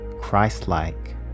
Christ-like